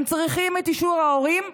הם צריכים את אישור ההורים,